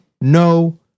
no